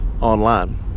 online